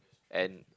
and